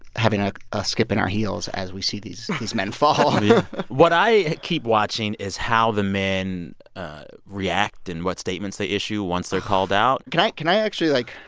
having a skip in our heels as we see these these men fall what i keep watching is how the men react and what statements they issue once they're called out can i can i actually, like,